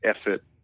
effort